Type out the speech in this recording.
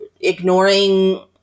ignoring